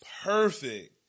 Perfect